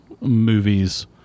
movies